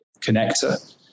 connector